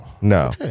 no